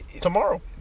Tomorrow